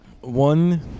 one